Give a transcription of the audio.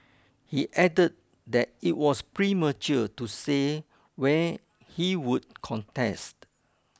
he add that it was premature to say where he would contest